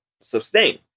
sustain